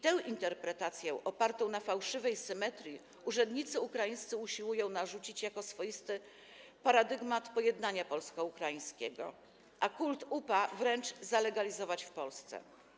Tę interpretację opartą na fałszywej symetrii urzędnicy ukraińscy usiłują narzucić jako swoisty paradygmat pojednania polsko-ukraińskiego, a kult UPA wręcz zalegalizować w Polsce.